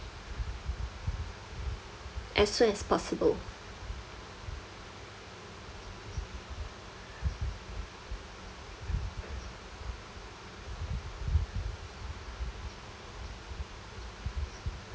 as soon as possible